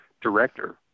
director